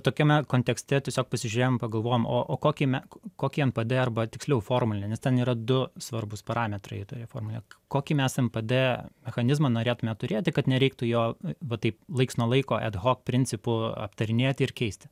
tokiame kontekste tiesiog pasižiūrėjom pagalvojom o kokį mes kokį npd arba tiksliau formulė nes ten yra du svarbūs parametrai toje formulėje kokį mes npd mechanizmą norėtume turėti kad nereiktų jo va taip laiks nuo laiko ad hok principu aptarinėti ir keisti